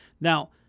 Now